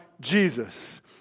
Jesus